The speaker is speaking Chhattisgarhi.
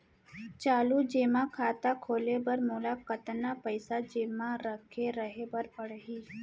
चालू जेमा खाता खोले बर मोला कतना पइसा जेमा रखे रहे बर पड़ही?